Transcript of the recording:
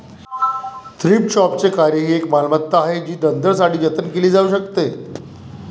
thrift शॉपचे कार्य ही एक मालमत्ता आहे जी नंतरसाठी जतन केली जाऊ शकते